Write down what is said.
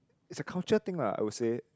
is a culture thing lah I would say